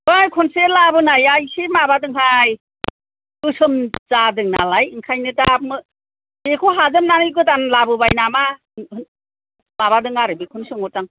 बै खनसे लाबोनाया एसे माबादों हाय गोसोम जादों नालाय ओंखायनो दा बेखौ हाजोबनानै गोदान लाबोबाय नामा माबादों आरो बेखौनो सोंहरदों आं